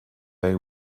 they